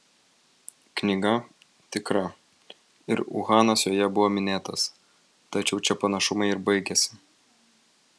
knyga tikra ir uhanas joje buvo minėtas tačiau čia panašumai ir baigiasi